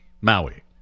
Maui